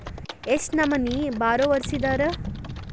ಎಷ್ಟ್ ನಮನಿ ಬಾರೊವರ್ಸಿದಾರ?